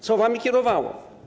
Co wami kierowało?